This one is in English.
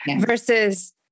Versus